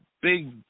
big